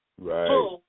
Right